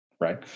right